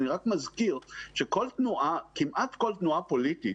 אני רק מזכיר שכמעט לכל תנועה פוליטית